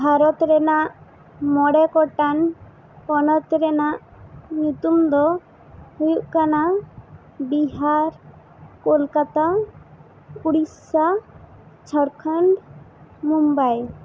ᱵᱷᱟᱨᱚᱛ ᱨᱮᱱᱟᱜ ᱢᱚᱬᱮ ᱜᱚᱴᱟᱝ ᱯᱚᱱᱚᱛ ᱨᱮᱱᱟᱜ ᱧᱩᱛᱩᱢ ᱫᱚ ᱦᱩᱭᱩᱜ ᱠᱟᱱᱟ ᱵᱤᱦᱟᱨ ᱠᱳᱞᱠᱟᱛᱟ ᱳᱰᱤᱥᱟ ᱡᱷᱟᱨᱠᱷᱚᱸᱰ ᱢᱩᱢᱵᱟᱭ